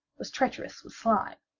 was treacherous with slime.